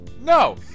No